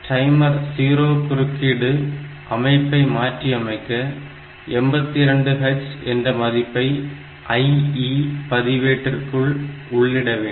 timer 0 குறுக்கீடு அமைப்பை மாற்றியமைக்க 82H என்ற மதிப்பை IE பதிவேட்டிற்குள் உள்ளிட வேண்டும்